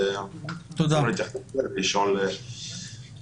רצינו להתייחס לזה ולשאול מדוע.